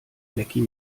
meckie